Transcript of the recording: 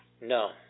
No